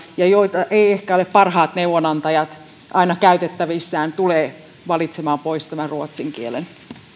ja joilla ei ehkä ole parhaat neuvonantajat aina käytettävissään tulevat valitsemaan pois tämän ruotsin kielen